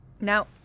Now